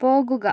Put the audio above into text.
പോകുക